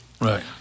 Right